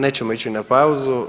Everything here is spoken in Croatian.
Nećemo ići na pauzu.